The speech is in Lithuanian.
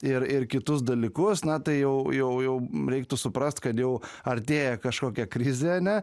ir ir kitus dalykus na tai jau jau jau reiktų suprast kad jau artėja kažkokia krizė ane